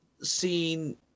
seen